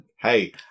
hey